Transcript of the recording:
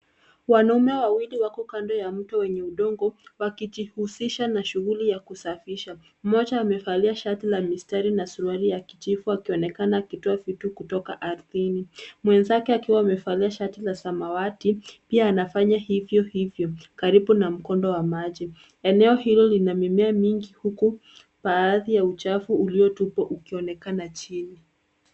Wanaume wawili wako kando ya mto wenye udongo wakijihusisha na shughuli ya kusafisha. Mmoja amevalia shati la mistari na suruali ya kijivu akionekana akitoa vitu kutoka ardhini. Mwenzake akiwa amevalia shati la samawati pia anafanya hivyo hivyo karibu na mkondo wa maji. Eneo hilo lina mimea mingi huku baadhi ya uchafu uliotupwa ukionekana chini.